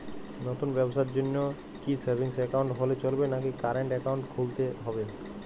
নতুন ব্যবসার জন্যে কি সেভিংস একাউন্ট হলে চলবে নাকি কারেন্ট একাউন্ট খুলতে হবে?